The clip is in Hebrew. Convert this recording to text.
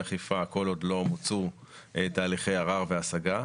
אכיפה כל עוד לא מוצו תהליכי ערר והשגה.